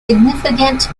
significant